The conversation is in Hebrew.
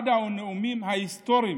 אחד הנאומים ההיסטוריים